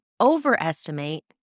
overestimate